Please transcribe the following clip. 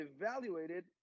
evaluated